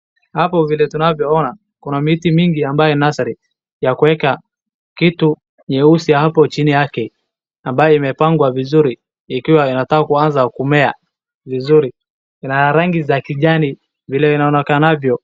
Hapo vile tunavyoona kuna miti mingi ambayo nursery ya kueka kitu nyeusi hapo chini yake ambaye imepangwa vizuri ikiwa inataka kuanza kumea vizuri, kuna rangi za kijani vile inaonekanavyo.